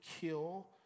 kill